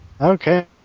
Okay